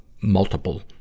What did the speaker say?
multiple